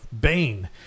Bane